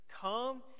Come